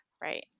right